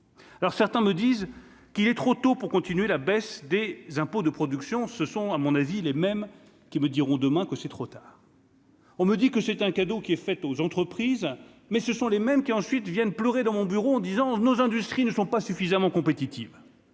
certains me disent qu'il est trop tôt pour continuer la baisse des impôts, de production, ce sont à mon avis, les mêmes qui me diront demain que c'est trop tard. On me dit que c'est un cadeau qui est fait aux entreprises, mais ce sont les mêmes qui ensuite viennent pleurer dans mon bureau en disant nos industries ne sont pas suffisamment compétitive,